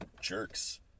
jerks